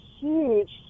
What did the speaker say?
huge